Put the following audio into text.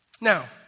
Now